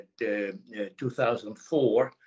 2004